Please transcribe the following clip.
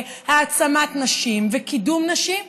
להעצמת נשים ולקידום נשים.